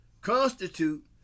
constitute